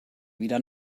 wieder